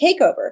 takeover